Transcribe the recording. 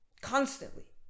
constantly